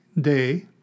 day